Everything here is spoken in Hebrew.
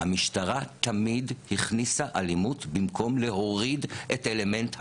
המשטרה תמיד הכניסה אלימות במקום להוריד את אלמנט האלימות.